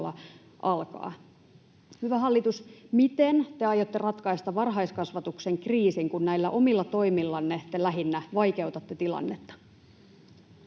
alkaa. Hyvä hallitus, miten te aiotte ratkaista varhaiskasvatuksen kriisin, kun näillä omilla toimillanne te lähinnä vaikeutatte tilannetta?